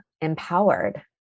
empowered